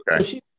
Okay